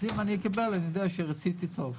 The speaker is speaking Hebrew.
אז אם אקבל אדע שרציתי טוב.